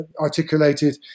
articulated